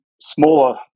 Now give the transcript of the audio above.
smaller